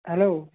hello